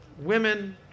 women